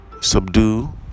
subdue